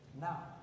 now